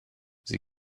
sie